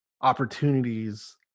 opportunities